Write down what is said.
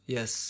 Yes